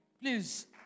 Please